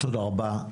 תודה רבה.